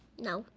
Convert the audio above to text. no.